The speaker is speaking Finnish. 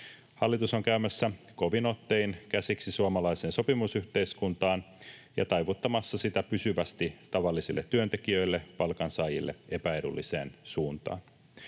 Hallitus on käymässä kovin ottein käsiksi suomalaiseen sopimusyhteiskuntaan ja taivuttamassa sitä pysyvästi tavallisille työntekijöille, palkansaajille, epäedulliseen suuntaan.